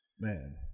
Man